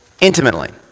intimately